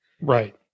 Right